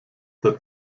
der